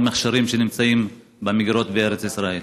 מכשירים שנמצאים במגירות בארץ ישראל.